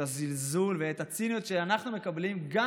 את הזלזול ואת הציניות שאנחנו מקבלים גם